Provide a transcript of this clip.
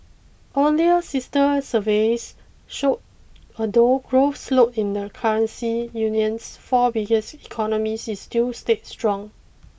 earlier sister surveys showed although growth slowed in the currency union's four biggest economies it still stayed strong